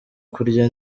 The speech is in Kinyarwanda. kurya